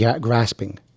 grasping